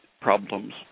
problems